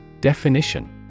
Definition